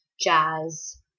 jazz